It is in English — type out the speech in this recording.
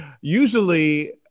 usually